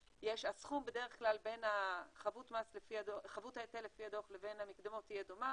והסכום בדרך כלל בין חבות ההיטל לפי הדוח לבין המקדמות יהיה דומה,